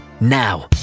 now